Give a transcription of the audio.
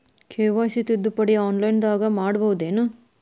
KYC ತಿದ್ದುಪಡಿ ಆನ್ಲೈನದಾಗ್ ಮಾಡ್ಬಹುದೇನು?